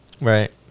Right